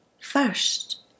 First